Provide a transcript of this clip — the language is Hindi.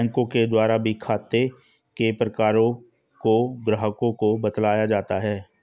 बैंकों के द्वारा भी खाते के प्रकारों को ग्राहकों को बतलाया जाता है